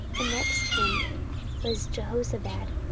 and next him was jehozabad,